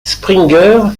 springer